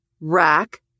Rack